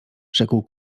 rzekł